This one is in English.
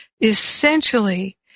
essentially